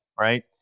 right